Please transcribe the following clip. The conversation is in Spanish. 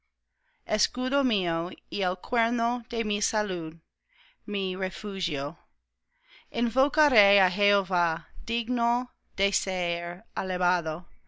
escudo mío y el cuerno de mi salud mi refugio invocaré á jehová digno